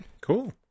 cool